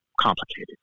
complicated